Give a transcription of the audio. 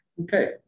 Okay